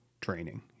training